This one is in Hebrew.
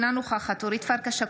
אינה נוכחת אורית פרקש הכהן,